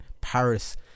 Paris